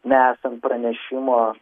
nesant pranešimo